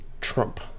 Trump